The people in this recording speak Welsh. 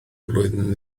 flwyddyn